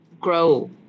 grow